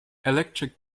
electric